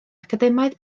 academaidd